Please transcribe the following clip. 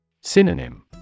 Synonym